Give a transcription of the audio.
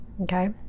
Okay